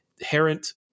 inherent